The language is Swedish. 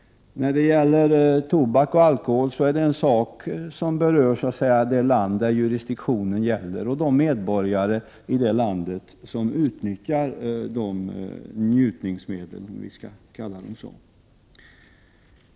Tobaksoch alkoholpolitiken berör bara det land som jurisdiktionen gäller och de medborgare i landet i fråga som nyttjar de njutningsmedlen, om vi skall kalla det så.